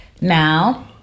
Now